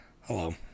Hello